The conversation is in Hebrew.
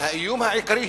האיום העיקרי,